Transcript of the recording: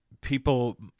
People